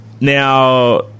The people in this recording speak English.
Now